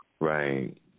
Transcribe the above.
right